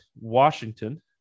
Washington